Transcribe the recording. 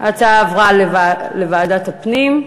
ההצעה עברה לוועדת הפנים.